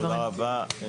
תודה רבה.